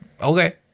Okay